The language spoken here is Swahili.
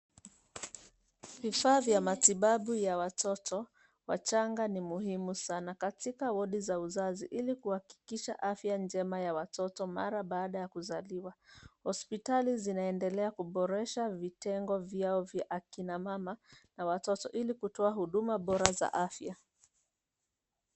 Vifaa vya matibabu ya watoto wachanga ni muhimu sana katika wodi za uzazi ili kuhakikisha afya njema ya watoto mara baada ya kuzaliwa. Hospitali zinaendelea kuboresha vitengo vyao vya akina mama na watoto ili kutoa huduma bora za afya.